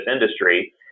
industry